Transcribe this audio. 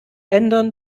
ändern